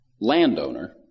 landowner